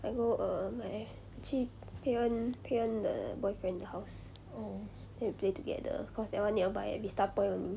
I go err my 去 pei en pei en 的 boyfriend house then we play together cause that [one] nearby at vista point only